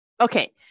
Okay